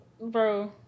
Bro